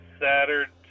Saturday